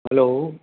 hello